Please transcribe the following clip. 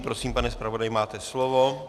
Prosím, pane zpravodaji, máte slovo.